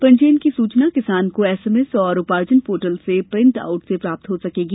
पंजीयन की सूचना किसान को एसएमएस और उपार्जन पोर्टल से प्रिन्ट आउट से प्राप्त हो सकेगी